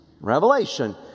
Revelation